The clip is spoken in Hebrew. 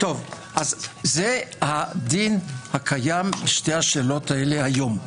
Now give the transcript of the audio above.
זה הדין הקיים בשתי השאלות הללו היום.